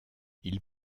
ils